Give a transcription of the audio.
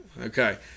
Okay